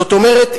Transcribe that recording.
זאת אומרת,